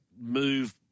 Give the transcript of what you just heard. move